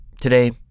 Today